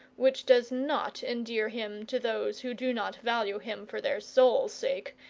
which does not endear him to those who do not value him for their souls' sake,